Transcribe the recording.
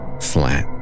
Flat